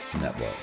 Network